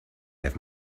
have